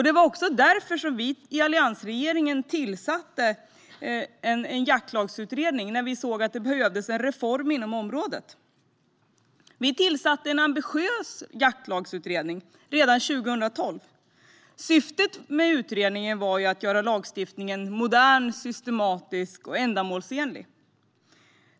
Det var också därför alliansregeringen tillsatte en jaktlagsutredning när den såg att det behövdes en reform inom området. Vi tillsatte en ambitiös jaktlagsutredning redan 2012. Syftet var att göra lagstiftningen modern, systematisk och ändamålsenlig.